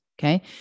Okay